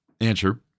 answer